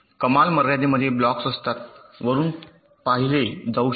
कमाल मर्यादेमध्ये ब्लॉक्स असतात वरुन पाहिले जाऊ शकते